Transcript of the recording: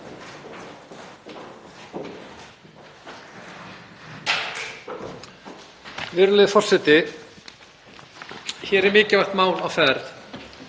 Virðulegi forseti. Hér er mikilvægt mál á ferð